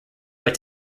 but